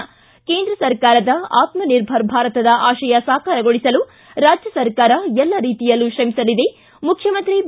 ಿ ಕೇಂದ್ರ ಸರ್ಕಾರದ ಆತ್ಮ ನಿರ್ಭರ್ ಭಾರತದ ಆಶಯ ಸಾಕಾರಗೊಳಿಸಲು ರಾಜ್ಯ ಸರ್ಕಾರ ಎಲ್ಲ ರೀತಿಯಲ್ಲೂ ತ್ರಮಿಸಲಿದೆ ಮುಖ್ಯಮಂತ್ರಿ ಬಿ